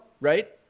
right